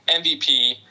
mvp